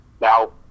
Now